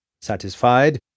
Satisfied